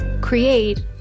create